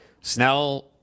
Snell